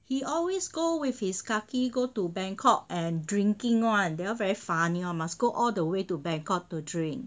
he always go with his kaki go to bangkok and drinking lor and they all very funny [one] must go all the way to bangkok to drink